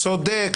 צודק,